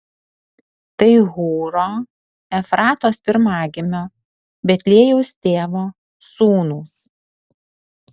tai hūro efratos pirmagimio betliejaus tėvo sūnūs